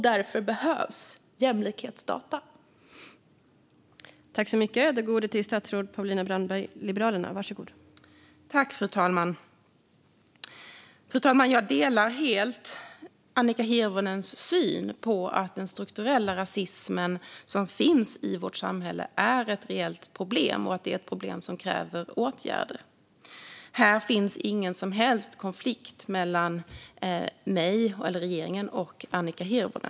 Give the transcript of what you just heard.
Därför behövs jämlikhetsdata.